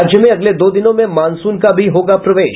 राज्य में अगले दो दिनों में मॉनसून का भी होगा प्रवेश